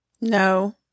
No